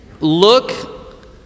look